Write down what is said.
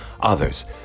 others